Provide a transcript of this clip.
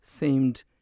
themed